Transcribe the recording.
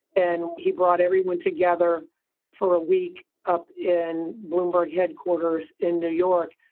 and he brought everyone together for a week up in bloomberg headquarters in new york.